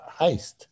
heist